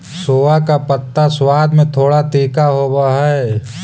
सोआ का पत्ता स्वाद में थोड़ा तीखा होवअ हई